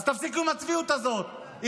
אז תפסיקו עם הצביעות הזאת.